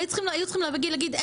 היו צריכים להגיד,